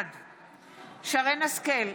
בעד שרן מרים השכל,